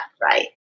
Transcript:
Right